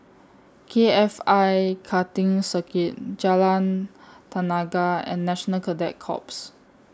K F I Karting Circuit Jalan Tenaga and National Cadet Corps